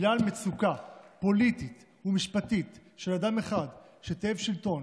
בגלל מצוקה פוליטית ומשפטית של אדם אחד תאב שלטון